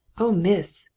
oh, miss!